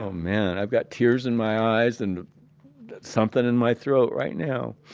ah man. i've got tears in my eyes and something in my throat right now.